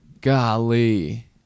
golly